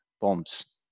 Bombs